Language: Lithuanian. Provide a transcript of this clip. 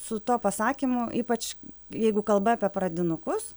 su tuo pasakymu ypač jeigu kalba apie pradinukus